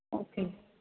okay